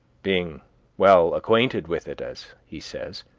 being well acquainted with it, as he says.